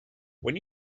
when